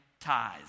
ties